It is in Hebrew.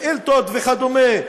שאילתות וכדומה.